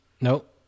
Nope